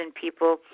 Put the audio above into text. people